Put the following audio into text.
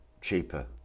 cheaper